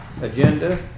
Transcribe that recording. agenda